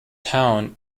town